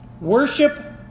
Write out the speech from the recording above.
Worship